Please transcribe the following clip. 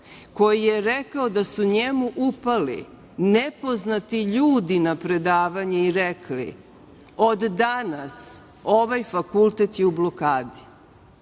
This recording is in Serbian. koji je rekao da su njemu upali nepoznati ljudi na predavanje i rekli – od danas ovaj fakultet je u blokadi.